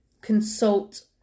consult